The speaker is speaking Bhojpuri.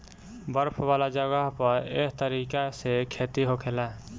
बर्फ वाला जगह पर एह तरीका से खेती होखेला